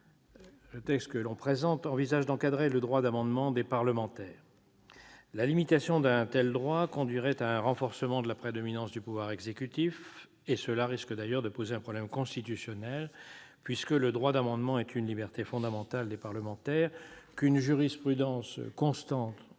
le texte présenté envisage d'encadrer le droit d'amendement des parlementaires. La limitation d'un tel droit conduirait à un renforcement de la prédominance du pouvoir exécutif. Cela risque d'ailleurs de poser un problème constitutionnel, puisque le droit d'amendement est une liberté fondamentale des parlementaires qu'une jurisprudence constante